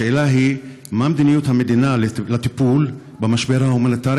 השאלה היא: מה מדיניות המדינה לטיפול במשבר ההומניטרי